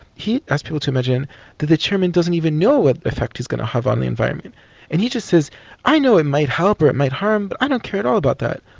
he asked people to imagine that the chairman doesn't even know what effect he's going to have on the environment and he just says i know it might help or it might harm and but i don't care at all about that,